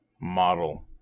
model